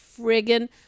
friggin